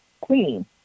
queen